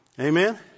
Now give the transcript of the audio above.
Amen